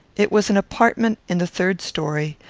it was an apartment in the third story,